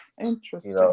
Interesting